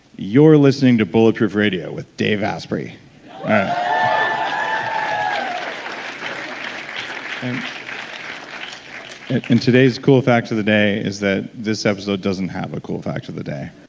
you're listening to bulletproof radio with dave asprey um and today's cool fact of the day is that this episode doesn't have a cool fact of the day.